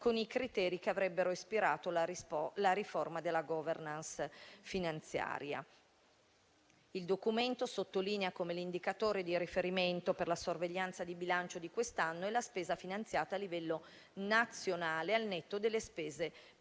con i criteri che avrebbero ispirato la riforma della *governance* finanziaria. Il Documento sottolinea come l'indicatore di riferimento per la sorveglianza di bilancio di quest'anno sia la spesa finanziata a livello nazionale, al netto delle spese per